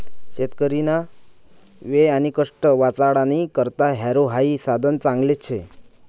शेतकरीना वेळ आणि कष्ट वाचाडानी करता हॅरो हाई साधन चांगलं शे